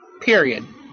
Period